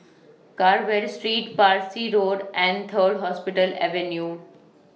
Carver Street Parsi Road and Third Hospital Avenue